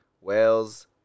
Wales